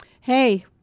hey